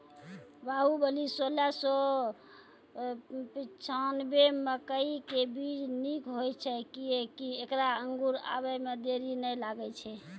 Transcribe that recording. बाहुबली सोलह सौ पिच्छान्यबे मकई के बीज निक होई छै किये की ऐकरा अंकुर आबै मे देरी नैय लागै छै?